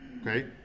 Okay